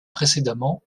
précédemment